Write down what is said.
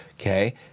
okay